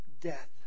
death